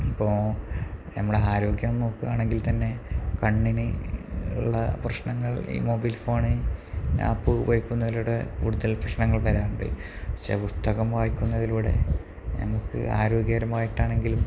ഇപ്പോള് നമ്മുടെ ആരോഗ്യം നോക്കുകയാണെങ്കിൽ തന്നെ കണ്ണിന് ഉള്ള പ്രശ്നങ്ങൾ ഈ മൊബൈൽ ഫോണ് ആപ്പുപയോഗിക്കുന്നതിലൂടെ കൂടുതൽ പ്രശ്നങ്ങൾ വരാറുണ്ട് പക്ഷേ പുസ്തകം വായിക്കുന്നതിലൂടെ നമുക്ക് ആരോഗ്യപരമായിട്ടാണെങ്കിലും